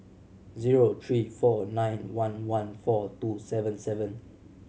zero three four nine one one four two seven seven